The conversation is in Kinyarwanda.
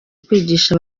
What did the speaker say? kwigisha